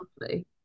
lovely